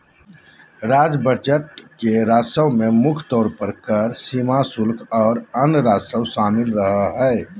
राज्य बजट के राजस्व में मुख्य तौर पर कर, सीमा शुल्क, आर अन्य राजस्व शामिल रहो हय